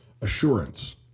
assurance